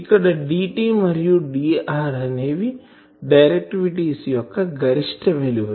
ఇక్కడ Dt మరియు Dr అనేవి డైరెక్టివిటీస్ యొక్క గరిష్ట విలువలు